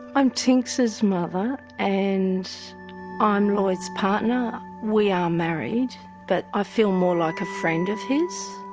i'm tynx's mother and ah i'm lloyd's partner, we are married but i feel more like a friend of his.